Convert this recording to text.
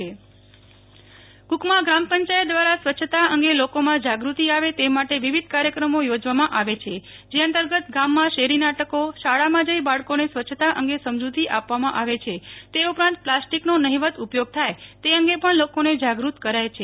નેહલ ઠક્કર કુકમા ગ્રામ પંચાયત સ્વચ્છતા અભિયાન કુકમા ગ્રામ પંચાયત દ્વારા સ્વચ્છતા અંગે લોકોમાં જાગૃતિ આવે તે માટે વિવિધ કાર્યક્રમો યોજવામાં આવે છે જે અંતર્ગત ગામમાં શેરી નાટકો શાળામાં જઈ બાળકોને સ્વચ્છતા અંગે સમજૂતી આપવામાં આવે છે તે ઉપરાંત પ્લાસ્ટિકનો નહીવત ઉપયોગ થાય તે અંગે પણ લોકોને જાગૃત કરાય છે